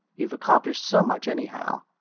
you've accomplished so much anyhow.